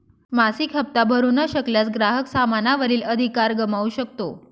मासिक हप्ता भरू न शकल्यास, ग्राहक सामाना वरील अधिकार गमावू शकतो